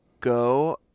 go